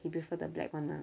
he prefer the black one ah